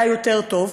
היה יותר טוב,